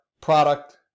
product